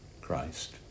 Christ